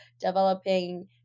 developing